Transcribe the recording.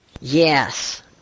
yes